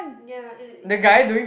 ya it's it